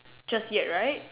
just yet right